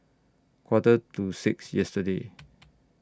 Quarter to six yesterday